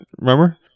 Remember